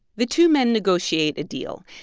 the two men negotiate a deal.